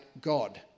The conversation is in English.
God